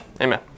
Amen